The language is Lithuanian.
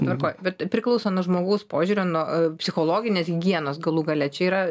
tvarkoj bet priklauso nuo žmogaus požiūrio nuo psichologinės higienos galų gale čia yra